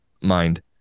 mind